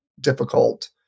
difficult